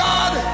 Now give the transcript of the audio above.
God